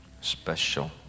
special